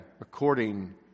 according